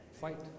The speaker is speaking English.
Fight